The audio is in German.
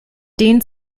dehnt